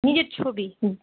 নিজের ছবি হুম